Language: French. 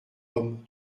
homme